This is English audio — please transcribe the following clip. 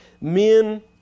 men